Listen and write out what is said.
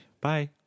Bye